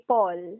Paul